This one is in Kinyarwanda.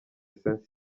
saint